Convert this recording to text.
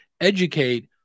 educate